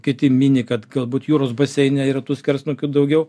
kiti mini kad galbūt jūros baseine yra tų skersnukių daugiau